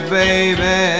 baby